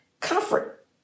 comfort